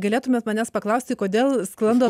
galėtumėt manęs paklausti kodėl sklando